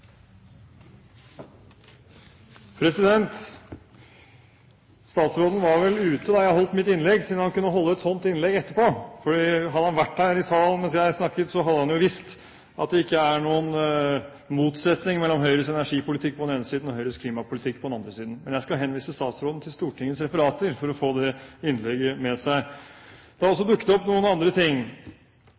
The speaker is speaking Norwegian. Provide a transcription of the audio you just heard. Statsråden var vel ute da jeg holdt mitt innlegg, siden han kunne holde et slikt innlegg etterpå. For hadde han vært her i salen mens jeg snakket, hadde han visst at det ikke er noen motsetning mellom Høyres energipolitikk på den ene siden og Høyres klimapolitikk på den andre siden. Men jeg vil henvise statsråden til Stortingets referater, slik at han får med seg det innlegget. Det har også dukket opp noen andre ting.